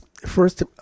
First